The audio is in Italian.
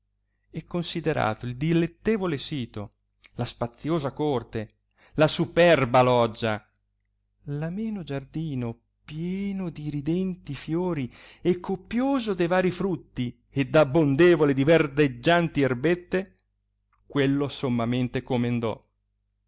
e considerato il dilettevole sito la spaziosa corte la superba loggia l'ameno giardino pieno di ridenti fiori e copioso de vari frutti ed abbondevole di verdeggianti erbette quello sommamente comendò